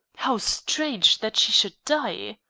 how strange that she should die!